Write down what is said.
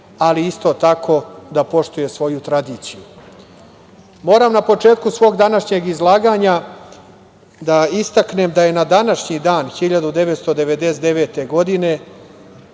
ali isto tako, da poštuje svoju tradiciju. Moram na početku svog današnjeg izlaganja da istaknem da je na današnji dan 1999. godine,